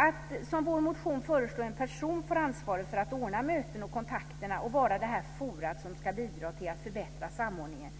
Att som i vår motion föreslå att en person får ansvaret för att ordna möten och kontakter och vara det forum som ska bidra till att förbättra samordningen